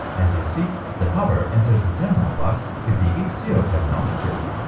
as you see, the power enters the terminal blocks with the x zero terminal strip